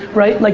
right? like